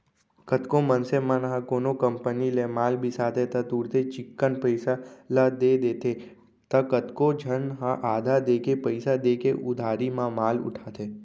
कतको मनसे मन ह कोनो कंपनी ले माल बिसाथे त तुरते चिक्कन पइसा ल दे देथे त कतको झन ह आधा देके पइसा देके उधारी म माल उठाथे